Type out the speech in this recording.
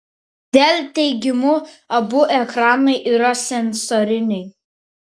dell teigimu abu ekranai yra sensoriniai